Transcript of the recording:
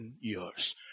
years